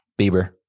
Bieber